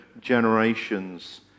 generations